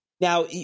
Now